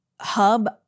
hub